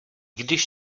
když